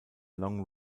long